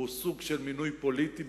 הוא סוג של מינוי פוליטי,